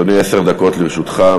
אדוני, עשר דקות לרשותך.